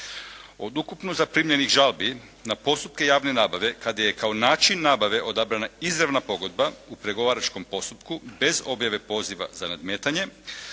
Od ukupno zaprimljenih žalbi na postupke javne nabave kad je kao način nabave odabrana izravna pogodba u pregovaračkom postupku bez objave poziva za nadmetanje